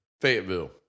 Fayetteville